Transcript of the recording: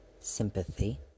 Sympathy